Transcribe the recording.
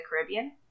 Caribbean